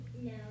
no